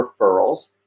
referrals